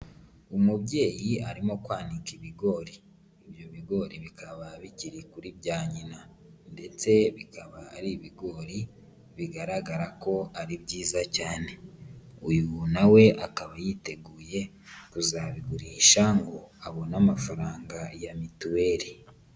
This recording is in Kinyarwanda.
Umubyeyi arimo kwanika ibigori, ibyo bigori bikaba bikiri kuri bya nyina ndetse bikaba ari ibigori, bigaragara ko ari byiza cyane. Uyu na we akaba yiteguye kuzabigurisha ngo abone amafaranga ya mituweli.